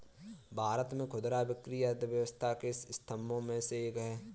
भारत में खुदरा बिक्री अर्थव्यवस्था के स्तंभों में से एक है